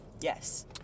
yes